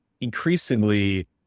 increasingly